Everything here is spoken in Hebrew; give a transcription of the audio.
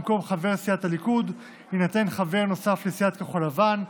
במקום חבר סיעת הליכוד יינתן חבר נוסף לסיעת כחול לבן,